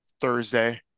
Thursday